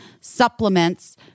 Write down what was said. supplements